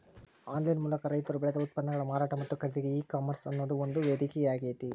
online ಮೂಲಕ ರೈತರು ಬೆಳದ ಉತ್ಪನ್ನಗಳ ಮಾರಾಟ ಮತ್ತ ಖರೇದಿಗೆ ಈ ಕಾಮರ್ಸ್ ಅನ್ನೋದು ಒಂದು ವೇದಿಕೆಯಾಗೇತಿ